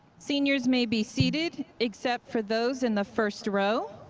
seniors may be seated, except for those in the first row.